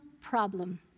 problem